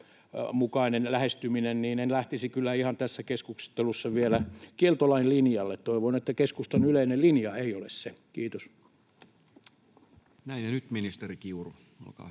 mukainen lähestyminen, niin en lähtisi kyllä ihan tässä keskustelussa vielä kieltolain linjalle. Toivon, että keskustan yleinen linja ei ole se. — Kiitos. [Speech 103] Speaker: Toinen